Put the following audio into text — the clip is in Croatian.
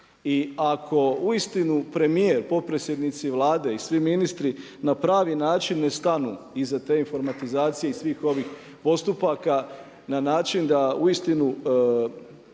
I ako uistinu premijer, potpredsjednici Vlade i svi ministri na pravi način ne stanu iza te informatizacije i svih ovih postupaka na način da uistinu